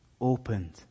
opened